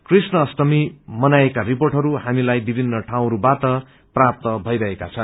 कृष्ण अष्टमी मनाइएका रिर्पोअहरू हामीलाइविभिन्न ठाउँहरूमा प्राप्त भईरहेका छन्